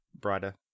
brighter